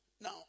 Now